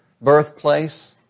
birthplace